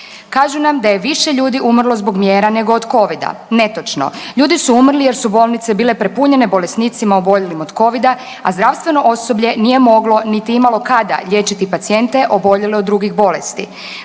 Kažu nam da je više ljudi umrlo zbog mjera nego od covida. Netočno, ljudi su umrli jer su bile prepunjene bolesnicima oboljelim od covida, a zdravstveno osoblje nije moglo niti imalo kada liječiti pacijente oboljele od drugih bolesti.